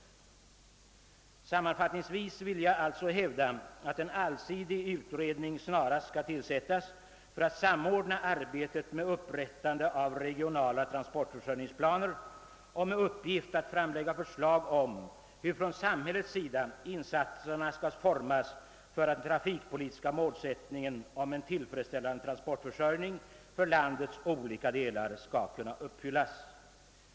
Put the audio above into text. Sammanfattningsvis vill jag hävda, alt en allsidig utredning snarast bör tillsättas för att samordna arbetet med upprättande av regionala transportförsörjningsplaner och med uppgift att framlägga förslag om hur insatserna från samhällets sida skall utformas för att den trafikpolitiska målsättningen om en tillfredsställande transportförsörjning för landets olika delar skall kunna uppfyllas. Herr talman!